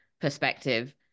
perspective